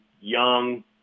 young